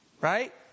Right